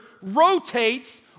rotates